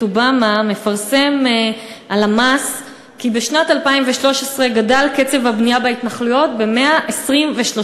אובמה מפרסם הלמ"ס כי בשנת 2013 גדל קצב הבנייה בהתנחלויות ב-123%,